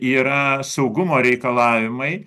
yra saugumo reikalavimai